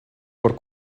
por